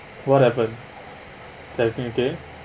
what happen is everything okay